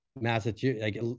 Massachusetts